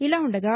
ఇలా ఉండగా